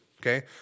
Okay